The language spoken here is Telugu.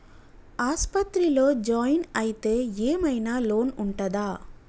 ఆస్పత్రి లో జాయిన్ అయితే ఏం ఐనా లోన్ ఉంటదా?